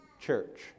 church